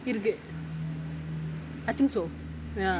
இருக்கு:iruku I think so ya